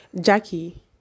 Jackie